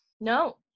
no